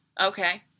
Okay